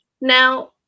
now